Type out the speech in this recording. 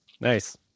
Nice